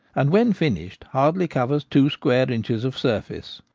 and when finished hardly covers two square inches of surface.